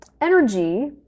energy